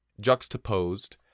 Juxtaposed